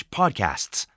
podcasts